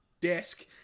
desk